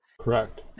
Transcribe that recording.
Correct